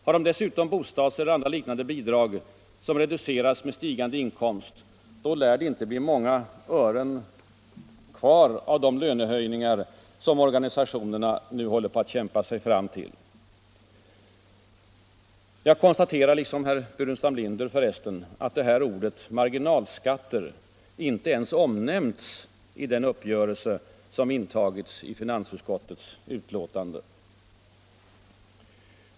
Har de dessutom bostadseller andra liknande bidrag, som reduceras med stigande inkomst, då lär det inte bli många ören kvar av de lönehöjningar som organisationerna nu håller på att kämpa sig fram till. Jag konstaterar liksom herr Burenstam Linder att ordet marginalskatter inte ens omnämnts i den uppgörelse som intagits i finansutskottets betänkande.